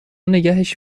نگهش